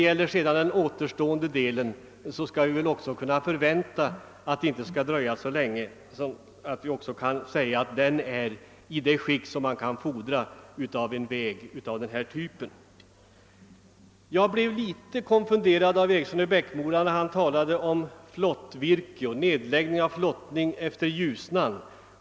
Beträffande den återstående delen kan vi väl också förvänta att det inte skall dröja så länge innan den är i det tillstånd som man kan fordra av en väg av denna typ. Jag blev något konfunderad när herr Eriksson i Bäckmora talade om nedläggningen av flottningen längs Ljusnan.